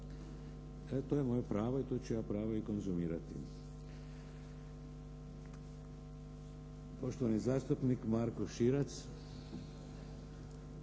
E to je moje pravo i to ću ja pravo i konzumirati. Poštovani zastupnik Marko Širac.